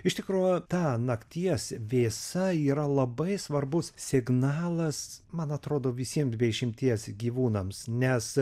iš tikro ta nakties vėsa yra labai svarbus signalas man atrodo visiem be išimties gyvūnams nes